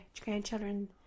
grandchildren